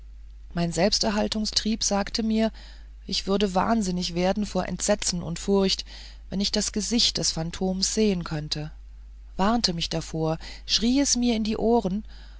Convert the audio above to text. mein selbsterhaltungstrieb sagte mir ich würde wahnsinnig werden vor entsetzen und furcht wenn ich das gesicht des phantoms sehen könnte warnte mich davor schrie es mir in die ohren